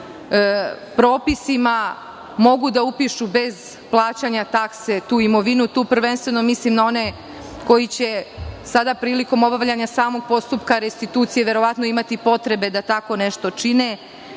propisima, mogu da upišu bez plaćanja takse tu imovinu. Prvenstveno tu mislim na one koji će sada prilikom obavljanja postupka restitucije, verovatno imati potrebe da tako nešto čine,